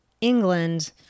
England